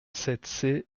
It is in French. sept